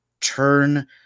turn